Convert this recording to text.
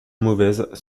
mauvaises